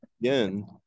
again